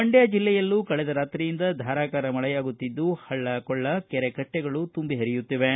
ಮಂಡ್ಡ ಜಿಲ್ಲೆಯಲ್ಲೂ ಕಳೆದ ರಾತ್ರಿಯಿಂದ ಧಾರಾಕಾರ ಮಳೆಯಾಗುತ್ತಿದ್ದು ಪಳ್ಳ ಕೊಳ್ಳ ಕೆರೆ ಕಟ್ಟೆಗಳು ತುಂಬಿ ಪರಿಯುತ್ತಿವೆ